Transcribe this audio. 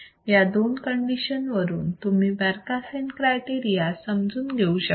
या दोन कंडिशन वरून तुम्ही बरकासेन क्रायटेरिया समजून घेऊ शकता